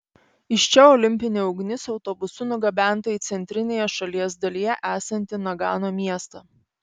iš čia olimpinė ugnis autobusu nugabenta į centrinėje šalies dalyje esantį nagano miestą